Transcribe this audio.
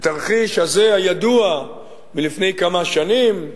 התרחיש הזה, הידוע, מלפני כמה שנים: